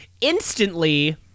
instantly